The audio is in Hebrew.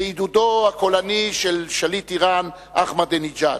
בעידודו הקולני של שליט אירן אחמדינג'אד.